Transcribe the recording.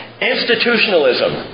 Institutionalism